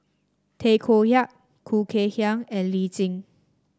Tay Koh Yat Khoo Kay Hian and Lee Tjin